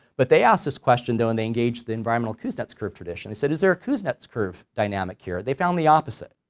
but they asked this question though and they engaged the environmental kuznets curve tradition they said is there a kuznets curve dynamic here, they found the opposite,